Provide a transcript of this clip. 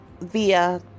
via